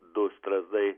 du strazdai